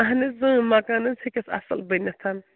اَہَن حظ مَکان حظ ہیٚکس اَصٕل بٔنِتھ